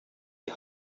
die